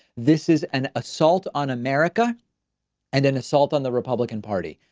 this is an assault on america and an assault on the republican party.